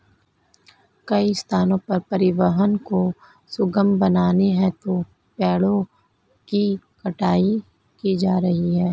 कई स्थानों पर परिवहन को सुगम बनाने हेतु पेड़ों की कटाई की जा रही है